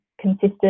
consistent